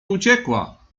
uciekła